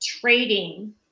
trading